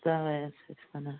تلا یتھ کیٛاہ چھُ گوٚمُت